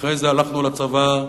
ואחרי זה הלכנו לצבא,